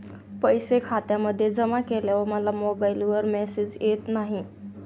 पैसे खात्यामध्ये जमा केल्यावर मला मोबाइलवर मेसेज येत नाही?